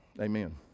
Amen